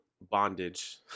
bondage